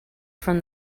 from